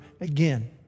again